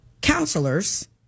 counselors